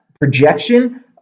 projection